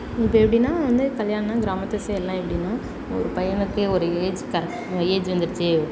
இப்போ எப்படின்னா வந்து கல்யாணனா கிராமத்து சைடுலாம் எப்படின்னா ஒரு பையனுக்கு ஒரு ஏஜ் கரெக்ட் ஏஜ் வந்துடுச்சி